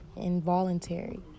involuntary